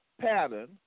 pattern